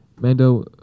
Mando